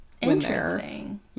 interesting